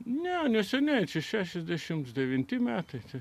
ne neseniai šešiasdešimt devinti